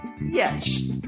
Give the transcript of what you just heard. Yes